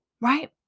right